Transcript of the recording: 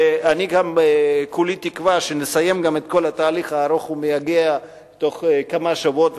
אני גם כולי תקווה שנסיים את כל התהליך הארוך והמייגע בתוך כמה שבועות,